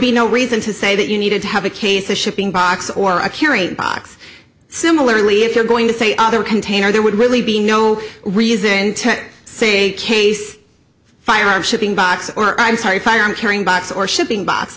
be no reason to say that you needed to have a case a shipping box or a carry box similarly if you're going to say other container there would really be no reason tech saying case firearms shipping box or i'm sorry if i am carrying box or shipping bo